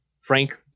Frank